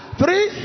three